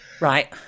Right